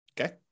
okay